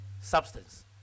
substance